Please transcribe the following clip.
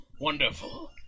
Wonderful